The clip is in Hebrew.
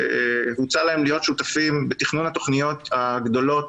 הוצע להם להיות שותפים בתכנון התכניות הגדולות